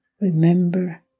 Remember